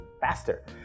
faster